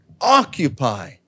occupy